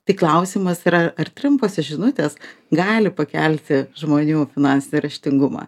tik klausimas yra ar trumposios žinutės gali pakelti žmonių finansinį raštingumą